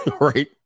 right